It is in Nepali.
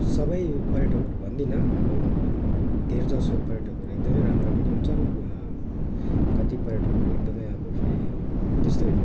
सबै पर्याटकहरू भन्दिनँ अब धैर जसो पर्याटकहरू एकदमै राम्रा पनि हुन्छन् कति पर्याटकहरू एकदमै अब फेरि त्यस्तै